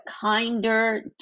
kinder